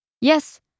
Yes